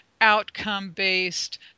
outcome-based